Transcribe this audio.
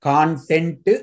Content